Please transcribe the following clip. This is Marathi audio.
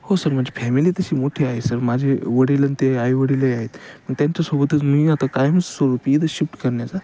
हो सर माझी फॅमिली तशी मोठी आहे सर माझे वडील आणि ते आई वडीलही आहेत मग त्यांच्यासोबतच मीही आता कायम स्वरूपी इथं शिफ्ट करण्याचा